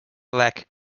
lack